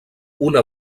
una